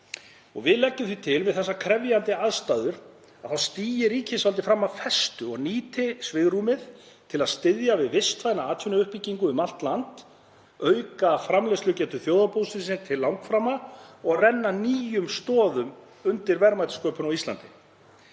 Við leggjum því til að við þessar krefjandi aðstæður stígi ríkisvaldið fram af festu og nýti fjárfestingarsvigrúmið til að styðja við vistvæna atvinnuuppbyggingu um allt land, auka framleiðslugetu þjóðarbúsins til langframa og renna nýjum stoðum undir verðmætasköpun á Íslandi.